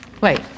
Wait